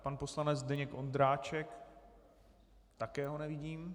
Pan poslanec Zdeněk Ondráček také ho nevidím.